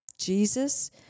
jesus